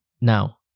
now